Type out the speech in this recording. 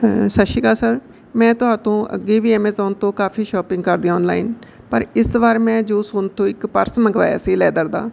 ਸਤਿ ਸ਼੍ਰੀ ਅਕਾਲ ਸਰ ਮੈਂ ਤੁਹਾਤੋਂ ਅੱਗੇ ਵੀ ਅਮਜੋਨ ਤੋਂ ਕਾਫੀ ਸ਼ੋਪਿੰਗ ਕਰਦੀ ਹਾਂ ਔਨਲਾਈਨ ਪਰ ਇਸ ਵਾਰ ਮੈਂ ਜੋ ਸੁਨ ਤੋਂ ਇੱਕ ਪਰਸ ਮੰਗਵਾਇਆ ਸੀ ਲੈਦਰ ਦਾ